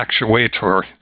actuator